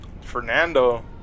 Fernando